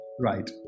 Right